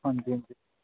ਹਾਂਜੀ ਹਾਂਜੀ